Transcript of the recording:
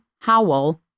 Howell